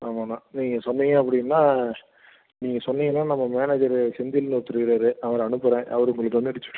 ஆமாண்ணா நீங்கள் சொன்னீங்கள் அப்படின்னா நீங்கல் சொன்னீங்கன்னால் நம்ம மேனேஜரு செந்தில்னு ஒருத்தர் இருக்கிறாரு அவரை அனுப்புகிறேன் அவர் உங்கள்கிட்ட